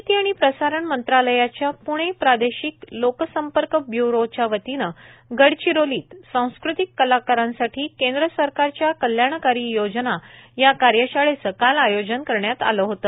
माहिती आणि प्रसारण मंत्रालयाच्या प्णे प्रादेशिक लोकसंपर्क ब्यूरोच्या वतीने गडचरोलीत सांस्कृतिक कलाकारांसाठी केंद्र सरकारच्या कल्याणकारी योजना या कार्यशाळेचे काल आयोजन करण्यात आले होते